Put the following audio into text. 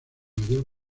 mayor